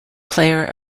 player